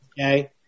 Okay